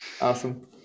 Awesome